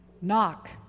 Knock